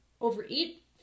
overeat